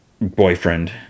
boyfriend